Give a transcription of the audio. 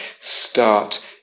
start